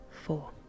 four